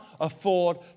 afford